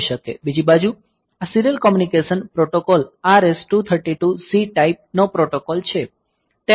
બીજી બાજુ આ serial communication protocol RS232 C type નો પ્રોટોકોલ છે